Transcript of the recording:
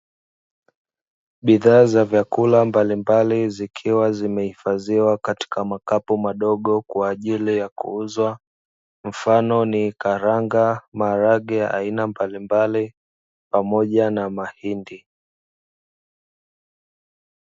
Bidhaa za vyakula mbalimbali zikiwa zimehifadhiwa katika makapu madogo kwa ajili ya kuuzwa mfano ni karanga, maharage ya aina mbalimbali pamoja na mahindi.